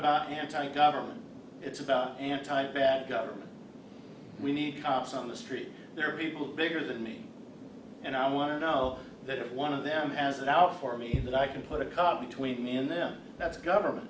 about anti government it's about anti bad government we need cops on the street there are people bigger than me and i want to know that one of them has it out for me that i can put a car between them and that's government